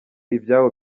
ibyabo